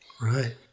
Right